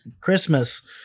Christmas